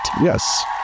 Yes